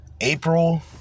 April